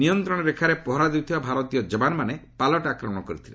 ନିୟନ୍ତ୍ରଣରେଖାରେ ପହରା ଦେଉଥିବା ଭାରତୀୟ କ୍ଷବାନମାନେ ପାଲଟା ଆକ୍ରମଣ କରିଥିଲେ